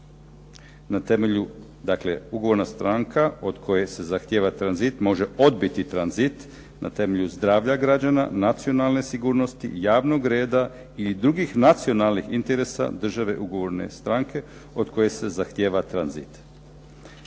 8. stavak c.: „Ugovorna stranka od koje se zahtijeva tranzit može odbiti tranzit na temelju zdravlja građana, nacionalne sigurnosti, javnog reda i drugih nacionalnih interesa države ugovorne stranke od koje se zahtijeva tranzit“.